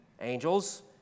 angels